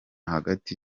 hagati